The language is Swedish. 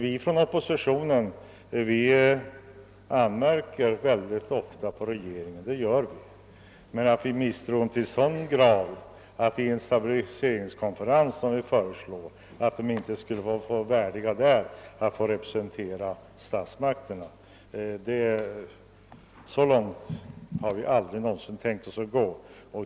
Vi inom oppositionen anmärker ofta på regeringen, men vi har aldrig gått så långt att vi inte tror att den inte skulle vara värdig att representera statsmakten vid en stabiliseringskonferens.